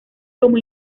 como